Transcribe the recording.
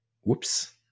whoops